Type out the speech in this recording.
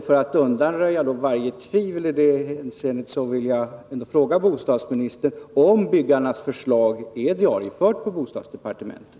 För att undanröja varje tvivel i det hänseendet vill jag ändå fråga bostadsministern om byggarnas förslag är diariefört på bostadsdepartementet.